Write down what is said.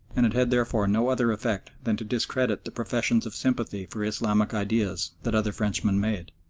and it had therefore no other effect than to discredit the professions of sympathy for islamic ideas that other frenchmen made,